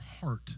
heart